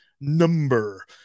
number